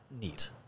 Neat